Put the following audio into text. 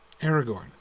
Aragorn